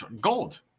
Gold